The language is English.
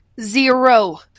Zero